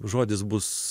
žodis bus